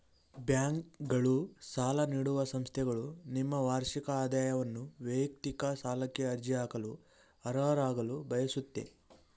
ಬ್ಯಾಂಕ್ಗಳು ಸಾಲ ನೀಡುವ ಸಂಸ್ಥೆಗಳು ನಿಮ್ಮ ವಾರ್ಷಿಕ ಆದಾಯವನ್ನು ವೈಯಕ್ತಿಕ ಸಾಲಕ್ಕೆ ಅರ್ಜಿ ಹಾಕಲು ಅರ್ಹರಾಗಲು ಬಯಸುತ್ತೆ